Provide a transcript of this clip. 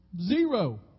Zero